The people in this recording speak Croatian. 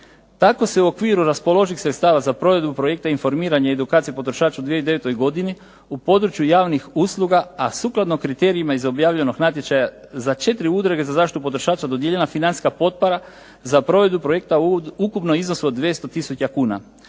Tako se u okviru raspoloživih sredstava za provedbu projekta Informiranje i edukacija potrošača u 2009. godini u području javnih usluga a sukladno kriterijima iz objavljenog natječaja za četiri udruge za zaštitu potrošača dodijeljena financijska potpora za provedbu projekta u ukupnom iznosu od 200 tisuća kuna.